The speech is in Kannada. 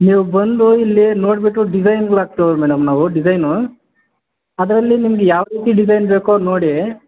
ನೀವು ಬಂದು ಇಲ್ಲಿ ನೋಡಿಬಿಟ್ಟು ಡಿಸೈನ್ಗಳಾಕ್ತೀವಿ ಮೇಡಮ್ ನಾವು ಡಿಸೈನು ಅದರಲ್ಲಿ ನಿಮ್ಗೆ ಯಾವ ರೀತಿ ಡಿಸೈನ್ ಬೇಕೋ ನೋಡಿ